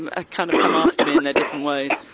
and ah, kind of come after me in their different ways.